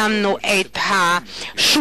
שמנו את הברית,